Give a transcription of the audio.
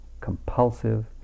compulsive